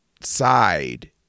side